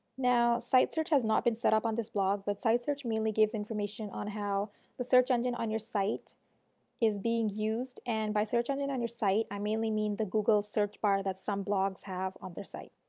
now site search has not been set up on this blog, but site search mainly gives information on how the search engine on your site is being used and by searching engine and on your site i mainly mean the google search bar that some blogs have on their site.